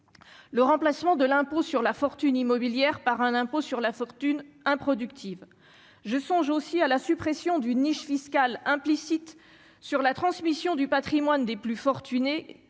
le remplacement de l'impôt sur la fortune immobilière par un impôt sur la fortune improductive je songe aussi à la suppression d'une niche fiscale implicite sur la transmission du Patrimoine des plus fortunés